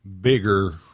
bigger